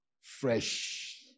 fresh